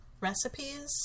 recipes